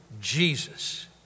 Jesus